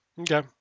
Okay